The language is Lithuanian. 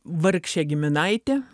vargšė giminaitė